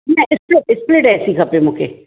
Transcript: न split split AC खपे मूंखे